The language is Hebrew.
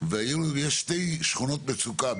ויש שתי שכונות מצוקה,